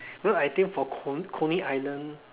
because I think for co~ coney island